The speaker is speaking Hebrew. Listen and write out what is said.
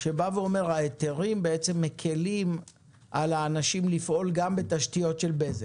שבא ואומר שההיתרים מקלים על האנשים לפעול גם בתשתיות של בזק.